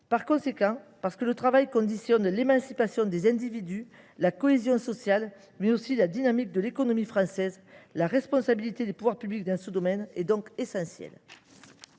être atteints. Parce que le travail conditionne l’émancipation des individus, la cohésion sociale, mais aussi la dynamique de l’économie française, la responsabilité des pouvoirs publics dans ce domaine est essentielle.